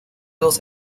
dos